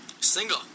Single